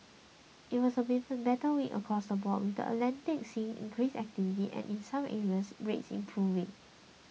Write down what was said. it was a better week across the board with the Atlantic seeing increased activity and in some areas rates improving